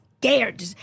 Scared